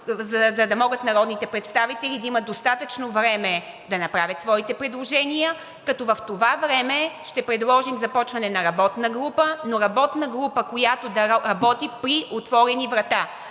за да могат народните представители да имат достатъчно време да направят своите предложения. В това време ще предложим започване на работна група, но работна група, която да работи при отворени врата,